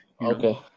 Okay